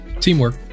Teamwork